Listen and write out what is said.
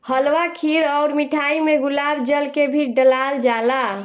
हलवा खीर अउर मिठाई में गुलाब जल के भी डलाल जाला